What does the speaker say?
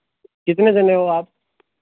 कितने जने हो आप